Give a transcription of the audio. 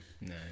No